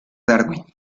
darwin